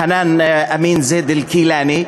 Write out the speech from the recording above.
חנאן אמין זיד אל-כילאני.